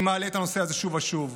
אני מעלה את הנושא הזה שוב ושוב.